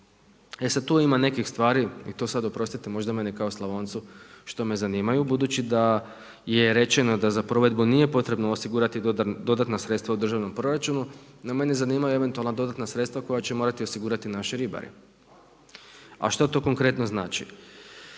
E sad tu ima nekih stvari i to sad oprostite možda meni kao Slavoncu što me zanimaju budući da je rečeno da za provedbu nije potrebno osigurati dodatna sredstva u državnom proračunu. No, mene zanimaju eventualna dodatna sredstva koja će morati osigurati naši ribari. A što to konkretno znači?